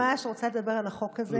לא, אני ממש רוצה לדבר על החוק הזה,